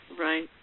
Right